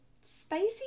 spicy